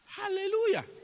Hallelujah